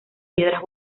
piedras